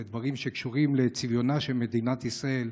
לדברים שקשורים לצביונה של מדינת ישראל,